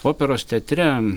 operos teatre